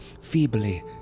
Feebly